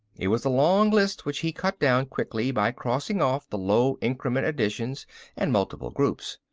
it was a long list which he cut down quickly by crossing off the low increment additions and multiple groups.